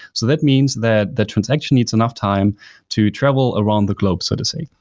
so that means that the transaction needs enough time to travel around the globe so to say.